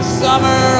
summer